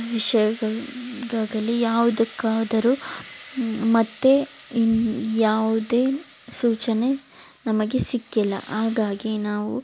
ವಿಷಯಗ ಗಾಗಲಿ ಯಾವುದಕ್ಕಾದರೂ ಮತ್ತು ಯಾವುದೇ ಸೂಚನೆ ನಮಗೆ ಸಿಕ್ಕಿಲ್ಲ ಹಾಗಾಗಿ ನಾವು